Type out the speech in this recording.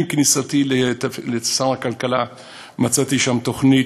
עם כניסתי לתפקיד שר הכלכלה מצאתי שם תוכנית,